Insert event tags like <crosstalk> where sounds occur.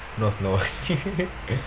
no snow <laughs>